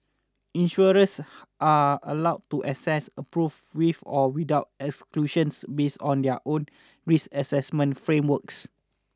insurers are allowed to assess approve with or without exclusions based on their own risk assessment frameworks